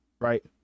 right